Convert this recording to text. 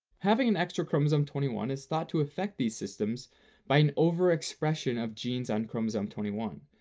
having an extra chromosome twenty one is thought to affect these systems by an overexpression of genes on chromosome twenty one,